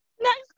Next